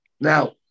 Now